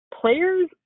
Players